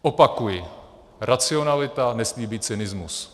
Opakuji, racionalita nesmí být cynismus.